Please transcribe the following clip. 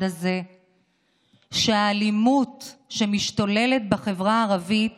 הזה שהאלימות שמשתוללת בחברה הערבית